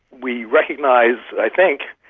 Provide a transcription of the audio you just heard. we recognise, i think,